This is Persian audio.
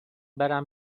برم